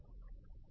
H Jfree0